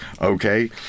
Okay